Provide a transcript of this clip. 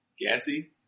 Gassy